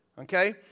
Okay